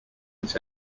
this